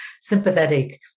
Sympathetic